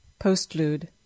Postlude